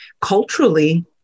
culturally